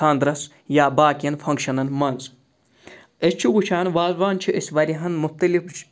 خانٛدرَس یا باقِین فَنگشنَن منٛز أسۍ چھِ وُچھان وازوان چھِ أسۍ واریاہَن مُختلِف